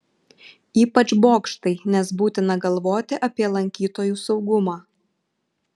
ypač bokštai nes būtina galvoti apie lankytojų saugumą